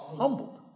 humbled